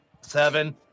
Seven